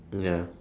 ya